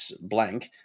blank